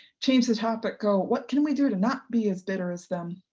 change the topic, go, what can we do to not be as bitter as them?